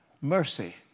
mercy